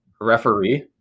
referee